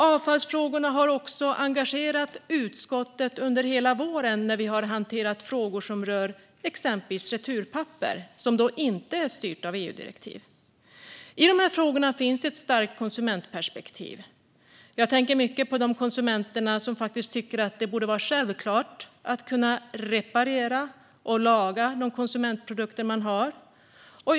Avfallsfrågorna har också engagerat utskottet under hela våren när vi har hanterat frågor som rör exempelvis returpapper, som inte styrs av EU-direktiv. Det finns ett starkt konsumentperspektiv i de här frågorna. Jag tänker mycket på de konsumenter som tycker att det borde vara självklart att kunna reparera och laga de konsumentprodukter man har.